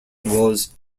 was